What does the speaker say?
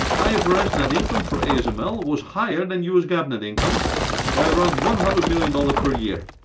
ifrs net income for asml was higher than us gaap net income by around one hundred million dollars per year,